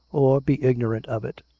or be ignorant of it?